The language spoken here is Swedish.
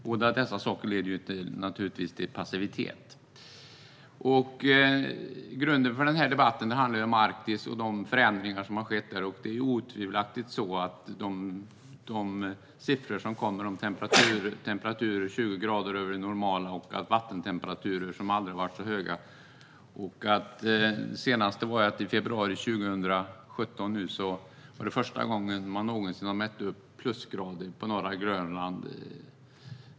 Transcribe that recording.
Båda dessa förhållningssätt leder naturligtvis till passivitet. Grunden för denna debatt är Arktis och de förändringar som har skett där. Det kommer uppgifter om temperaturer som är 20 grader över det normala och om vattentemperaturer som aldrig tidigare har varit så höga. I februari 2017 uppmätte man för första gången någonsin plusgrader på norra Grönland.